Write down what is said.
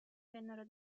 vennero